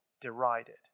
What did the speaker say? derided